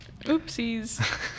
Oopsies